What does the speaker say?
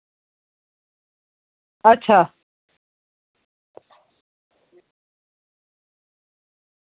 अच्छा